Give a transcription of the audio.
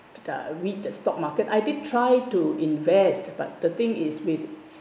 uh read the stock market I did try to invest but the thing is with